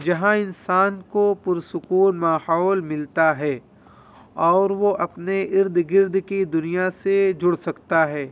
جہاں انسان کو پرسکون ماحول ملتا ہے اور وہ اپنے اردگرد کی دنیا سے جڑ سکتا ہے